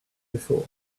before